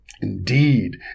Indeed